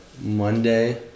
Monday